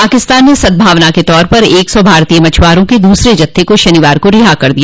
पाकिस्तान ने सद्भावना के तौर पर एक सौ भारतीय मछुआरों के दूसरे जत्थे को शनिवार को रिहा कर दिया